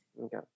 Okay